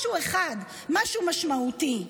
משהו אחד, משהו משמעותי.